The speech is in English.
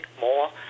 more